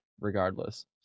regardless